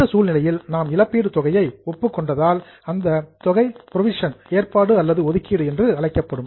இந்த சூழ்நிலையில் நாம் இழப்பீடு தொகையை ஒப்புக்கொண்டதால் அந்த தொகை புரோவிஷன் ஏற்பாடு அல்லது ஒதுக்கீடு என்று அழைக்கப்படும்